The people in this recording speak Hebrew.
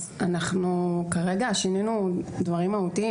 אז אנחנו כרגע שינינו דברים מהותיים.